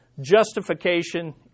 justification